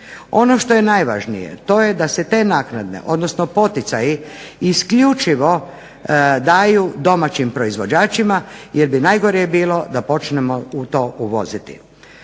Ono što je najvažnije to je da se te naknade, odnosno poticaji isključivo daju domaćim proizvođačima jer bi najgore bilo da počnemo to uvoziti.